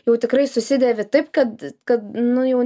jau tikrai susidevi taip kad kad nu jau